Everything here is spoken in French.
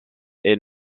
est